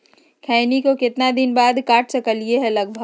खैनी को कितना दिन बाद काट सकलिये है लगभग?